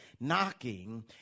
knocking